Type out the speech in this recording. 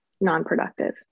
non-productive